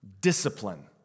discipline